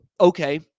Okay